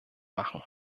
machen